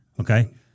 Okay